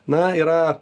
na yra